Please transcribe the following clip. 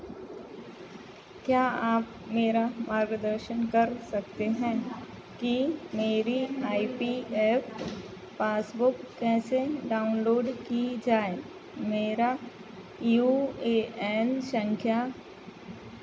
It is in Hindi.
क्या आप मेरा मार्गदर्शन कर सकते हैं कि मेरी आई पी एफ पासबुक कैसे डाउनलोड की जाए मेरा यू ए एन संख्या